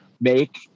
make